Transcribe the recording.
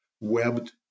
webbed